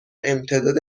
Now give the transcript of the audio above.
امتداد